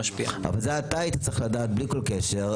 זה אתה היית צריך לדעת בלי כל קשר.